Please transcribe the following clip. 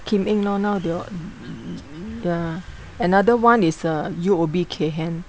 Kim Eng lor now they all ya another one is uh U_O_B Kay Hian